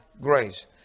grace